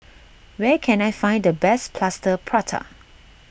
where can I find the best Plaster Prata